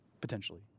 potentially